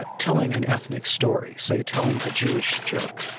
ah telling an ethnic story. say, telling a jewish joke.